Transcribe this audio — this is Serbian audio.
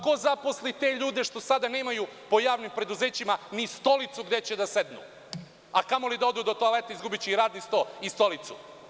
Ko zaposli te ljude što sada nemaju po javnim preduzećima ni stolicu gde će da sede, a kamoli da odu do toaleta, izgubiće i radni sto i stolicu?